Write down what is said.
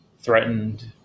threatened